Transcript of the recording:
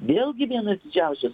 vėlgi vienas didžiausias